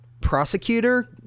prosecutor